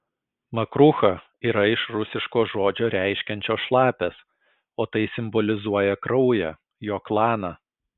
makrucha yra iš rusiško žodžio reiškiančio šlapias o tai simbolizuoja kraują jo klaną